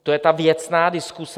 To je ta věcná diskuse?